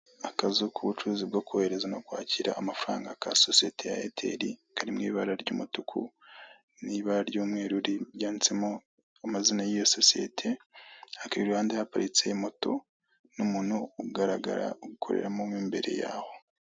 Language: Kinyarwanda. Akazu k'ubucuruzi bwo kohereza no kwakira amafaranga ka sosiyete ya eyateri, kari mu ibara ry'umutuku n'ibara ry'umweru ryanditsemo amazina ry'iyo sosiyete, hakaba iruhande haparitse moto n'umuntu ugaragara ukoreramo mo imbere yaho.